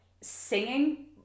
singing